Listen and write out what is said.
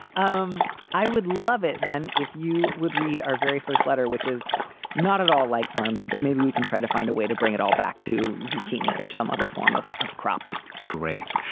um i would love it then if you would read our very first letter, which is not at all like farming, but maybe we can try to find a way to bring it all back to zucchini or some other form of of crop great.